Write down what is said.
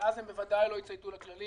ואז הם בוודאי לא יצייתו לכללים,